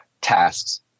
tasks